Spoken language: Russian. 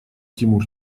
тимур